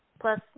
Plus